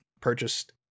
purchased